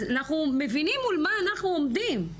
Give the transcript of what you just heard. אנחנו מבינים מול מה אנחנו עומדים.